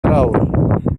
awr